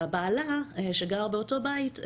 שגר באותו בית,